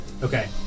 Okay